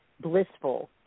blissful